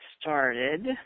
started –